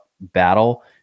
battle